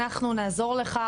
אנחנו נעזור לך,